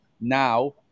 Now